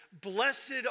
blessed